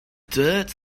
dirt